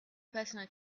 personal